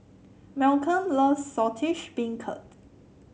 Malcom loves Saltish Beancurd